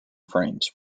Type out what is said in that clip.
frames